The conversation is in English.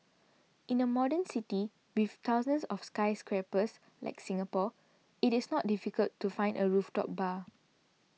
in a modern city with thousands of skyscrapers like Singapore it is not difficult to find a rooftop bar